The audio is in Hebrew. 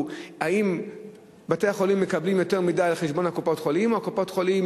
אם בתי-החולים מקבלים יותר מדי על חשבון קופות-החולים או שקופות-החולים